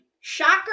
Shocker